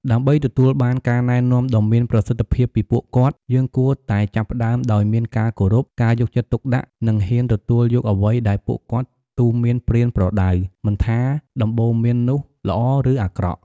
ដើម្បីទទួលបានការណែនាំដ៏មានប្រសិទ្ធភាពពីពួកគាត់ យើងគួរតែចាប់ផ្ដើមដោយមានការគោរព ការយកចិត្តទុកដាក់និងហ៊ានទទួលយកអ្វីដែលពួកគាត់ទូន្មានប្រៀនប្រដៅ មិនថាដំបូន្មាននោះល្អឬអាក្រក់។